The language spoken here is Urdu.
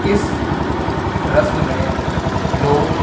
اس رسم میں لوگ